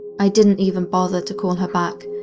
i didn't even bother to call her back,